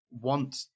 want